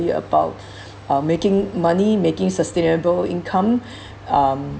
really about uh making money making sustainable income um